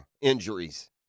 Injuries